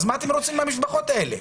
מה אתם רוצים מהמשפחות האלה?